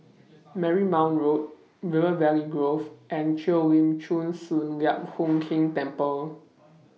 Marymount Road River Valley Grove and Cheo Lim Chin Sun Lian Hup Keng Temple